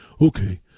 okay